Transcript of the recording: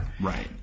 right